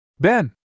Ben